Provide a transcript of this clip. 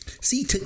See